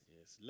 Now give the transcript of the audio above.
Yes